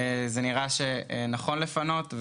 זה נראה שנכון לפנות.